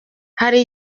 hari